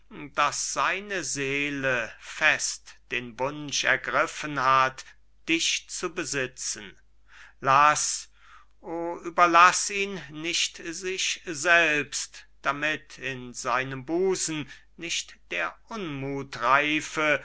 daß seine seele fest den wunsch ergriffen hat dich zu besitzen laß o überlaß ihn nicht sich selbst damit in seinem busen nicht der unmuth reife